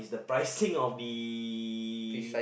the pricing of the